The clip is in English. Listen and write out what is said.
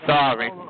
Sorry